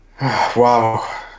Wow